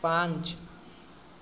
पाँच